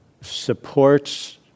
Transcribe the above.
supports